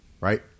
Right